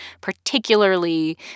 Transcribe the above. particularly